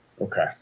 Okay